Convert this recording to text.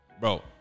Bro